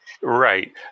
Right